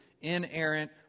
inerrant